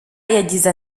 yagize